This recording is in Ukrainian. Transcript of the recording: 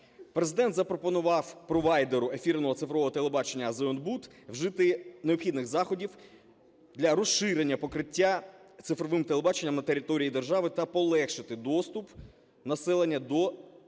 Президент запропонував провайдеру ефірного цифрового телебачення "Зеонбуд" вжити необхідних заходів для розширення покриття цифровим телебачення на території держави та полегшити доступ населення до телерадіомовлення,